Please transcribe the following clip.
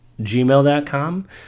gmail.com